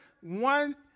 one